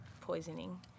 poisoning